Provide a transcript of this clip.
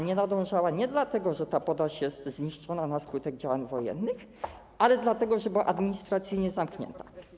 Nie nadążała nie dlatego, że jest zniszczona na skutek działań wojennych, ale dlatego, że była administracyjnie zamknięta.